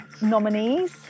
nominees